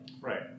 Right